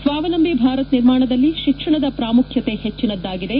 ಸ್ವಾವಲಂಬಿ ಭಾರತ ನಿರ್ಮಾಣದಲ್ಲಿ ಶಿಕ್ಷಣದ ಪ್ರಾಮುಖ್ಯತೆ ಹೆಚ್ಚಿನದ್ದಾಗಿದೆ